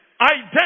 identity